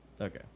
okay